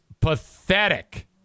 pathetic